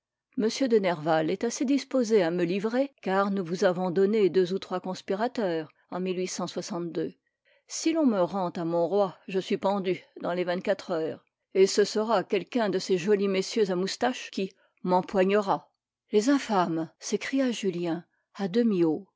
m de nerval est assez disposé à me livrer car nous vous avons donné deux ou trois conspirateurs en si l'on me rend à mon roi je suis pendu dans les vingt-quatre heures et ce sera quelqu'un de ces jolis messieurs à moustaches qui m'empoignera les infâmes s'écria julien à